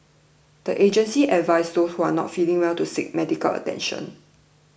the agency advised those who are not feeling well to seek medical attention